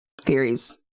theories